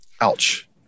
Ouch